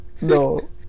No